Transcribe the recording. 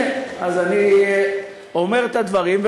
הנה, אז אני אומר את הדברים.